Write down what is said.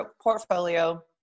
portfolio